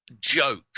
joke